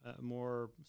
more